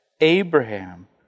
Abraham